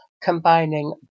combining